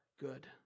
good